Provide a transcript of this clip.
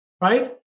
right